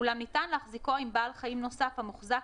אולם ניתן להחזיקו עם בעל חיים נוסף המוחזק